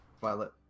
Violet